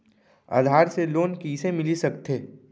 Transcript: आधार से लोन कइसे मिलिस सकथे?